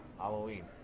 Halloween